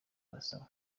barasaba